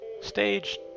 Stage